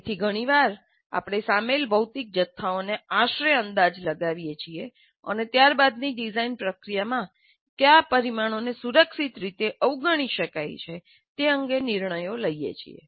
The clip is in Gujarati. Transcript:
તેથી ઘણીવાર આપણે સામેલ ભૌતિક જથ્થાઓનો આશરે અંદાજ લગાવીએ છીએ અને ત્યારબાદની ડિઝાઇન પ્રક્રિયામાં કયા પરિમાણોને સુરક્ષિત રીતે અવગણી શકાય છે તે અંગે નિર્ણય લઈએ છીએ